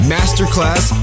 Masterclass